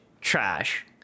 trash